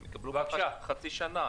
בבקשה.